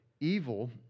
evil